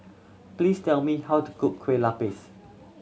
please tell me how to cook Kueh Lapis